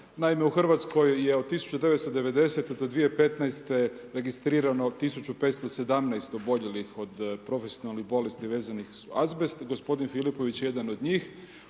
Naime, u Hrvatskoj je od 1990. do 2015.-te, registrirano 1517 oboljelih od profesionalnih bolesti vezanih uz azbest, gospodin Filipović je jedan od njih.